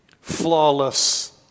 Flawless